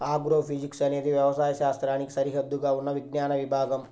agrophysics అనేది వ్యవసాయ శాస్త్రానికి సరిహద్దుగా ఉన్న విజ్ఞాన విభాగం